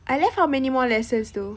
I left how many more lessons though